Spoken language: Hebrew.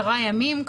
10 ימים,